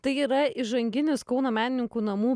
tai yra įžanginis kauno menininkų namų